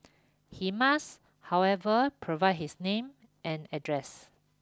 he must however provide his name and address